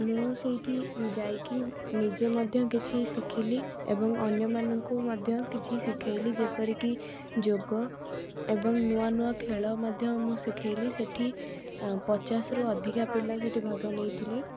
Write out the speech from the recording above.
ମୁଁ ସେଇଠି ଯାଇକି ନିଜେ ମଧ୍ୟ କିଛି ଶିଖିଲି ଏବଂ ଅନ୍ୟମାନଙ୍କୁ ମଧ୍ୟ କିଛି ଶିଖାଇଲି ଯେପରି କି ଯୋଗ ଏବଂ ନୂଆ ନୂଆ ଖେଳ ମଧ୍ୟ ମୁଁ ଶିଖାଇଲି ସେଇଠି ପଚାଶରୁ ଅଧିକା ପିଲା ସେଇଠି ଭାଗ ନେଇଥିଲେ